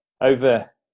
over